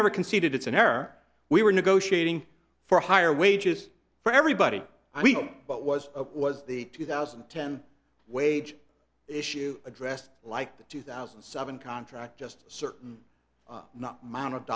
never conceded it's an air we were negotiating for higher wages for everybody but was was the two thousand and ten wage issue addressed like the two thousand and seven contract just certain not mine of